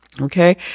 Okay